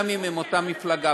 גם אם הם מאותה מפלגה,